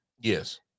Yes